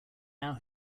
now